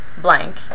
blank